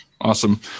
Awesome